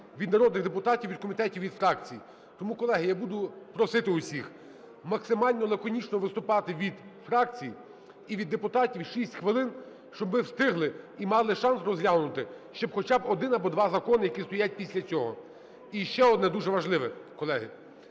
від народних депутатів, від комітетів, від фракцій. Тому, колеги, я буду просити усіх, максимально лаконічно виступати від фракцій і від депутатів, 6 хвилин, щоб ми встигли і мали шанс розглянути ще хоча б один або два закони, які стоять після цього. І ще одне дуже важливе. Колеги,